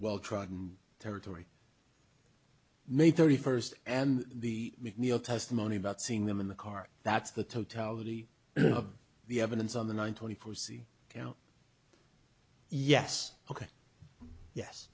well trodden territory may thirty first and the mcneil testimony about seeing them in the car that's the totality of the evidence on the one twenty four c you know yes ok yes